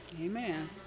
Amen